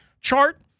chart